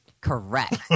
correct